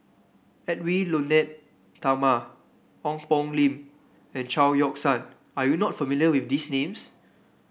Edwy Lyonet Talma Ong Poh Lim and Chao Yoke San are you not familiar with these names